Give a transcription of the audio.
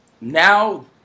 now